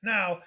Now